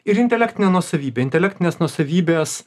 ir intelektinę nuosavybę intelektinės nuosavybės